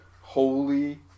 Holy